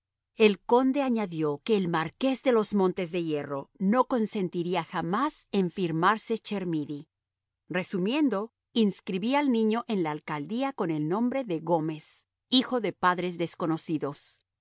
el conde añadió que el marqués de los montes de hierro no consentiría jamás en firmarse chermidy resumiendo inscribí al niño en la alcaldía con el nombre de gómez hijo de padres desconocidos